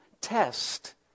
test